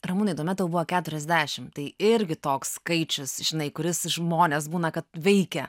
ramūnai tuo met tau buvo keturiasdešimt tai irgi toks skaičius žinai kuris žmones būna kad veikia